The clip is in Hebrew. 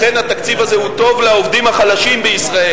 לכן, התקציב הזה הוא טוב לעובדים החלשים בישראל.